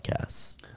Podcasts